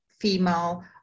female